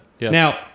Now